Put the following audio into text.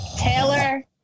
Taylor